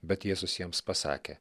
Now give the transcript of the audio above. bet jėzus jiems pasakė